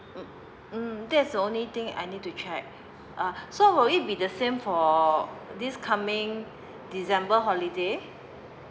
mm that's the only thing I need to check uh so will it be the same for this coming december holiday